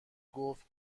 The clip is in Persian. گفت